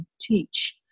teach